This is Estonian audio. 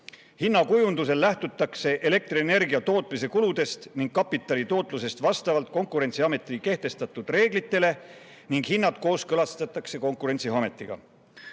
Hinnakujundusel lähtutakse elektrienergia tootmise kuludest ning kapitali tootlusest vastavalt Konkurentsiameti kehtestatud reeglitele ning hinnad kooskõlastatakse Konkurentsiametiga.